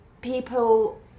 people